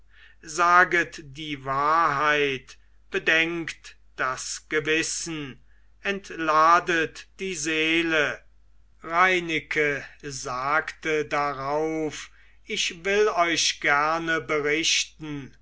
saget die wahrheit bedenkt das gewissen entladet die seele reineke sagte darauf ich will euch gerne berichten